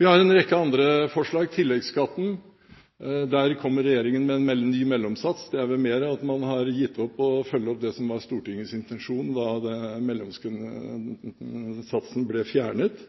Vi har en rekke andre forslag – tilleggsskatten. Der kommer regjeringen med en ny mellomsats – det er vel mer at man har gitt opp å følge opp det som var Stortingets intensjon da mellomsatsen ble fjernet –